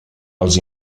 els